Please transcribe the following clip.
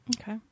Okay